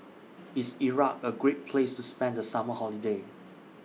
IS Iraq A Great Place to spend The Summer Holiday